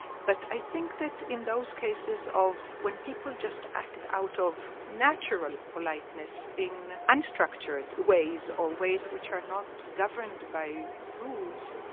but i think that in those cases of when people just act out of natural politeness in unstructured ways or ways which are not governed by rules,